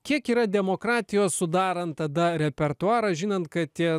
kiek yra demokratijos sudarant tada repertuarą žinant kad tie